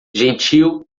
gentil